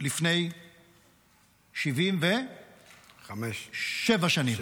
לפני 77 שנים.